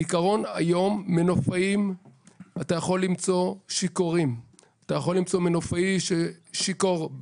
אתה יכול למצוא מנופאים שיכורים,